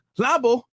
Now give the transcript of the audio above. Labo